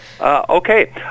Okay